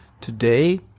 today